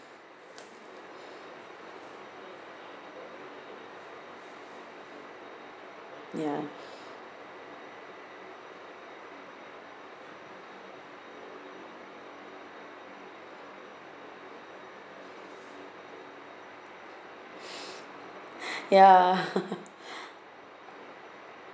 ya ya